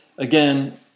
Again